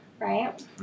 Right